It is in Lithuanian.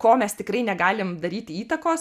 ko mes tikrai negalim daryti įtakos